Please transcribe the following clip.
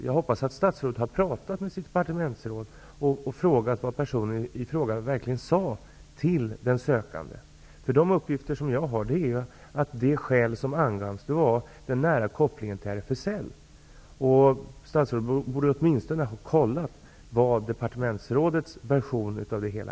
Jag hoppas att statsrådet har talat med sitt departementsråd och frågat vad personen ifråga verkligen sade till den sökande. Enligt de uppgifter som jag har var det skäl som angavs den nära kopplingen till RFSL. Statsrådet borde åtminstone ha förhört sig om departementsrådets version av det hela.